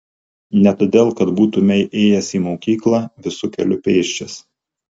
ne todėl kad būtumei ėjęs į mokyklą visu keliu pėsčias